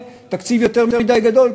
תקציב יותר מדי גדול.